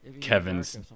Kevin's